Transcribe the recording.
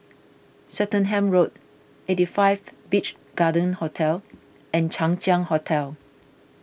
Swettenham Road eighty five Beach Garden Hotel and Chang Ziang Hotel